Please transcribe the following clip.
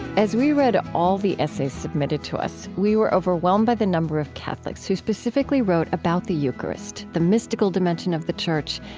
as we read all the essays submitted to us, we were overwhelmed by the number of catholics, who specifically wrote about the eucharist, the mystical dimension of the church,